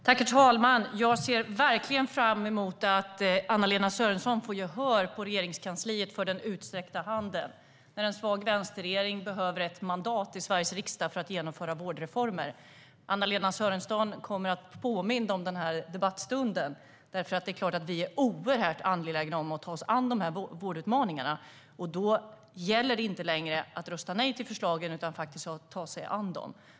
Herr talman! Jag ser verkligen fram emot att Anna-Lena Sörenson får gehör på Regeringskansliet för den utsträckta handen när en svag vänsterregering behöver ett mandat i Sveriges riksdag för att genomföra vårdreformer. Anna-Lena Sörenson kommer att bli påmind om denna debattstund. Det är klart att vi är oerhört angelägna om att ta oss an dessa vårdutmaningar. Då gäller det att inte längre rösta nej till förslagen utan att faktiskt ta sig an dem.